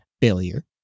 failure